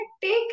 take